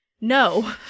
no